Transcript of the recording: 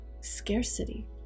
Scarcity